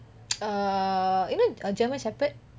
err you know uh german shepherd